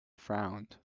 frowned